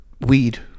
Weed